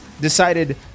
decided